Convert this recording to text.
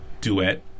duet